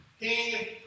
king